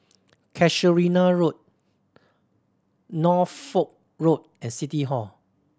Casuarina Road Norfolk Road and City Hall